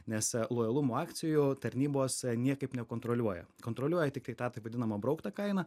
nes lojalumo akcijų tarnybos niekaip nekontroliuoja kontroliuoja tiktai tą taip vadinamą brauktą kainą